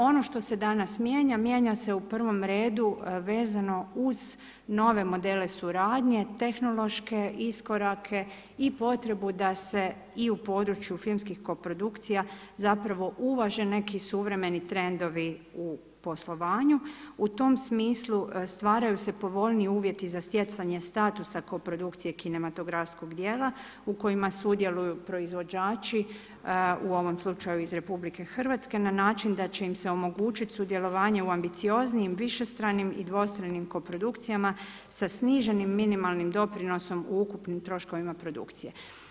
Ono što se danas mijenja, mijenja se u prvom redu vezano uz nove modele suradnje, tehnološke iskorake i potrebu da se i u području filmskih koprodukcija zapravo uvaže neki suvremeni trendovi u poslovanju, u tom smislu stvaraju se povoljniji uvjeti za stjecanje statusa koprodukcije kinematografskog djela u kojima sudjeluju proizvođači, u ovom slučaju iz RH na način da će im se omogućit sudjelovanje u ambicioznijim, višestranim i dvostranim koprodukcijama sa sniženim minimalnim doprinosom u ukupnim troškovima produkcije.